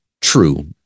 true